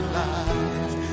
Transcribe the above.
life